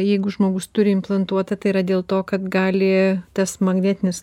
jeigu žmogus turi implantuotą tai yra dėl to kad gali tas magnetinis